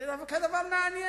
זה דווקא מעניין.